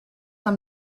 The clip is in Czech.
tam